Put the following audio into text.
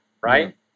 right